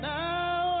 now